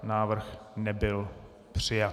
Návrh nebyl přijat.